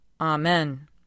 Amen